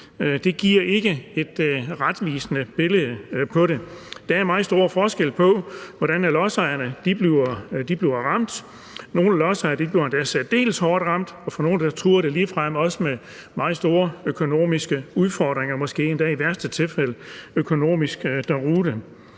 alene giver ikke et retvisende billede af det. Der er meget stor forskel på, hvordan lodsejerne bliver ramt. Nogle lodsejere bliver endda særdeles hårdt ramt, og nogle truer det ligefrem også med meget store økonomiske udfordringer, måske endda i værste tilfælde økonomisk deroute.